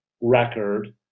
record